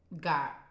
got